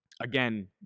Again